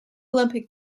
olympic